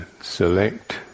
select